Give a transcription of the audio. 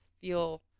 feel